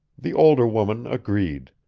the older woman agreed.